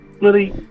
Lily